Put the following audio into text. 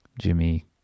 Jimmy